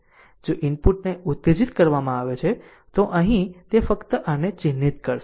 જો ઇનપુટને ઉત્તેજીત કરવામાં આવે છે તો અહીં તે ફક્ત આને ચિહ્નિત કરશે